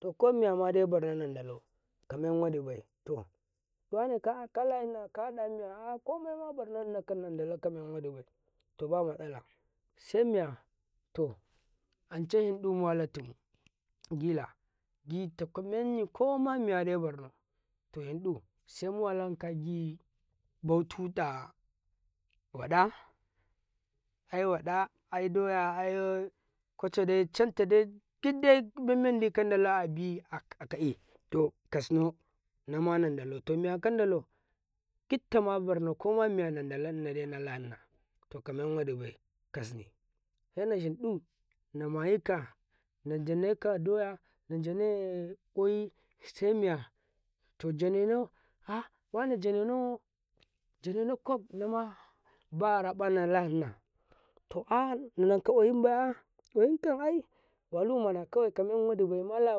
﻿to komiya madai barna nan dalau kamen wa dibai to wane kala ina miya kahada miya barno dinakan nandala kamen waɗibai to bamatsala semiya to ance hindu muwala tumu Gila cuta menyi ko mamiya madai barno to hindu semu walanka gibau tutya waɗa aiwaɗa ai doya aye ƙwa cada catta dai duk dai memmandi kadala abi aa kai to kasno dinama nandalau to miya kan dalau gittama barno nandala kara miya madai nala dina to karenwa dibai kasni sena hindu nama gika najane ka doya ane koi se miya to janenau wane janenau janena coke baraƃa nala dina to ah nananka ƙwa yinbai to ah ƙwayi nkan ai walu mana mala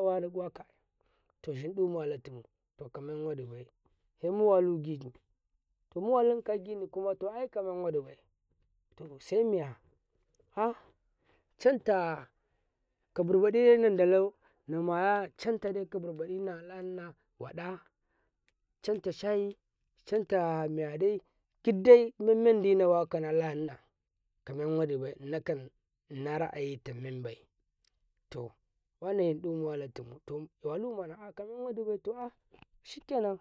waka ai to shin da mutrala tumu to kamen ai to shin da mutrala tumu to kamen wa ɗibai semu walu gini to semiya gini to muwalan to ai kamen waɗibai to semiya ah canta kabir baɗi namaya can ta dai kabir baɗi nala ɗina waɗa can dai kabir baɗi nala dina wada can shayi catta mimadai giddai men mandinawa kaw nala dina ka men waɗi bai nakan nara ayi ta mem bai to wane hindu muwa latumu to walumana to ah kamen shikenan.